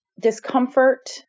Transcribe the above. discomfort